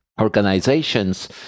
organizations